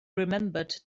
remembered